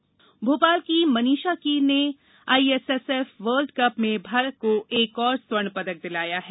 खेल भोपाल की मनीषा कीर ने आईएसएसएफ वर्ल्ड कप में भारत को एक और स्वर्ण पदक दिलाया है